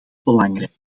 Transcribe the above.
belangrijk